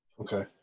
Okay